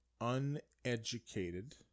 uneducated